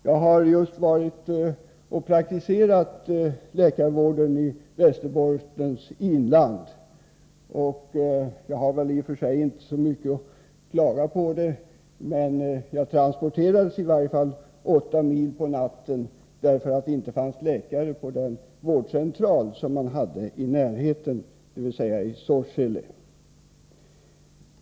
Jag har helt nyligen praktiskt fått erfara läkarvård i Västerbottens inland. I och för sig har jag inte mycket att klaga på, men jag transporterades i alla fall åtta mil på natten, därför att det inte fanns läkare på läkarcentralen i närheten, nämligen i Sorsele.